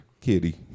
kitty